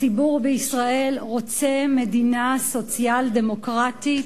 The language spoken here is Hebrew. הציבור בישראל רוצה מדינה סוציאל-דמוקרטית,